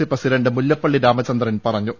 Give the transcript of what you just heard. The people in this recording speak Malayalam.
സി പ്രസിഡന്റ് മുല്ലപ്പള്ളി രാമചന്ദ്രൻ പറഞ്ഞു